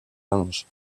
linge